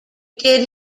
did